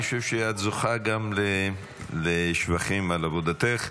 אני חושב שאת זוכה גם לשבחים על עבודתך.